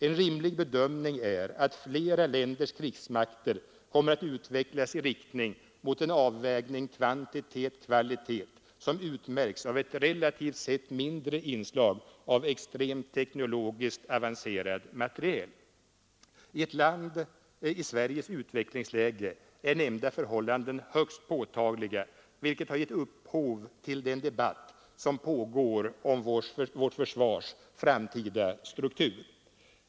En rimlig bedömning är att flera länders krigsmakter kommer att utvecklas i riktning mot en avvägning kvantitet—kvalitet som utmärks av ett relativt sett mindre inslag av extremt teknologiskt avancerad materiel. I ett land i Sveriges utvecklingsläge är nämnda förhållanden högst påtagliga, vilket har gett upphov till den debatt som pågår om vårt försvars framtida struktur.